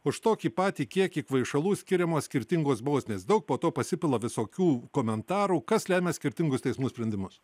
už tokį patį kiekį kvaišalų skiriamos skirtingos bausmės daug po to pasipila visokių komentarų kas lemia skirtingus teismų sprendimus